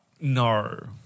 No